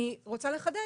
אני רוצה לחדד,